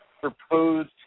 proposed